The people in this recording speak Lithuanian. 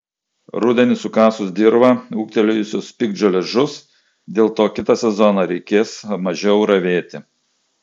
rudenį sukasus dirvą ūgtelėjusios piktžolės žus dėl to kitą sezoną reikės mažiau ravėti